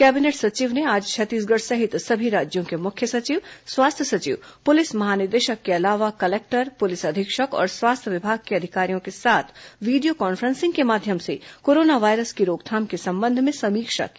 cabinet सचिव ने आज छत्तीसगढ़ सहित सभी राज्यों के मुख्य सचिव स्वास्थ्य सचिव पुलिस महानिदेशक के अलावा कलेक्टर पुलिस अधीक्षक और स्वास्थ्य विभाग के अधिकारियों के साथ वीडियो कॉन्फ्रेंसिंग के माध्यम से कोरोना वायरस की रोकथाम के संबंध में समीक्षा की